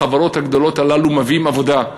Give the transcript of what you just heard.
החברות הגדולות הללו מביאות עבודה,